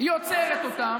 כשהיא עוצרת אותם,